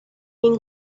این